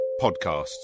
podcasts